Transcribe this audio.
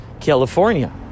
California